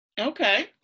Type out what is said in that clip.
okay